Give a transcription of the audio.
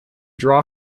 draw